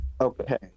Okay